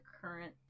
current